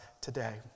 today